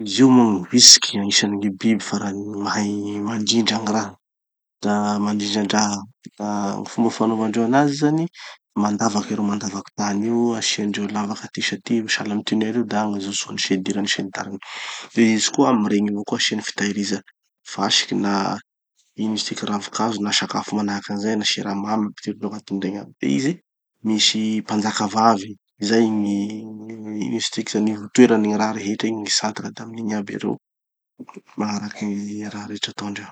Izy io moa gny vitsiky agnisan'ny gny biby farany gny mahay mandrindra gny raha. Da mandrindran-draha. Da gny fomba fanaovandreo anazy zany, mandavaky ereo, mandavaky tany eo, asiandreo lavaky aty sy aty sahala amy tunnel io. Da agny ijotsoany sy idirany sy ny tariny. De izy koa amy regny avao koa asiany fitahiriza fasiky na ino izy tiky, ravi-kazo na sakafo manahaky anizay. Na siramamy ampidirindreo agnatin'igny aby. Izy misy mpanjaka vavy, izay gny, ino izy tiky, gny ivotoeran'ny gny raha rehetra, igny gny centre. Da amin'igny aby ereo, magnaraky gny raha rehetra ataondreo.